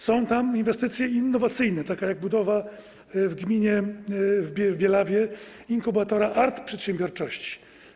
Są tam inwestycje innowacyjne, takie jak budowa w Bielawie inkubatora art-przedsiębiorczości.